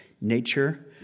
nature